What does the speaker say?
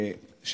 כמובן,